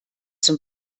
zum